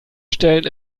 stellen